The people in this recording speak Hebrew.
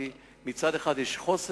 כי מצד אחד יש חוסר,